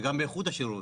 וגם באיכות השירות.